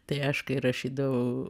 tai aš kai rašydavau